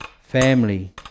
family